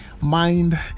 Mind